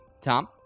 Tom